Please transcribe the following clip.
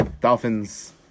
Dolphin's